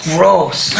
Gross